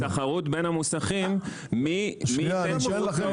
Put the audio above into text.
זה תחרות בין המוסכים מי ייתן שירות טוב